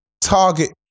target